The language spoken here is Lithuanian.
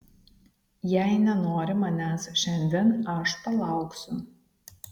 jei nenori manęs šiandien aš palauksiu